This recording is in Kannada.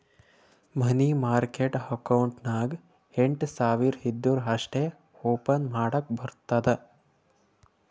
ಮನಿ ಮಾರ್ಕೆಟ್ ಅಕೌಂಟ್ ನಾಗ್ ಎಂಟ್ ಸಾವಿರ್ ಇದ್ದೂರ ಅಷ್ಟೇ ಓಪನ್ ಮಾಡಕ್ ಬರ್ತುದ